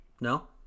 No